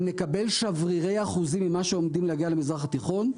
אם נקבל שברירי אחוזים ממה שעומדים להגיע למזרח התיכון,